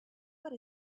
what